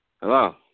hello